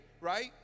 right